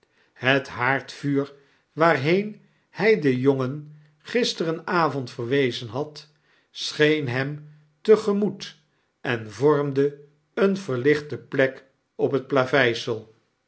het haardvuur waarheen hij den jongen gisteren avond verwezen had scheen hem te gemoet en vormde eene verlichte plek op het